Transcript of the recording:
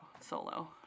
solo